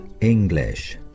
English